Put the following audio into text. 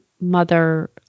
mother